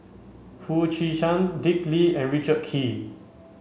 Foo Chee San Dick Lee and Richard Kee